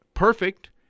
perfect